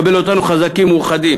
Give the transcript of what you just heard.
יקבל אותנו חזקים ומאוחדים.